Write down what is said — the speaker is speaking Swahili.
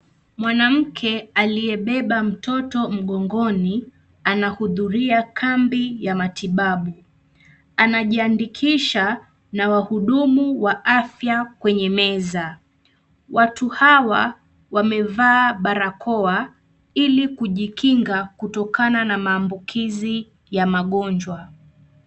Mwanamke aliyebeba mtoto mgongoni anahudhuria kambi ya matibabu. Anajiandikisha na wahudumu wa afya kwenye meza. Watu hawa wamevaa barakoa ili kujikinga kutokana na maambukizi ya magonjwa.